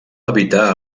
evitar